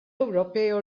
ewropew